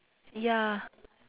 ya